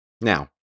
Now